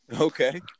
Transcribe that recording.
okay